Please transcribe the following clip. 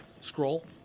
scroll